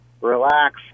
relax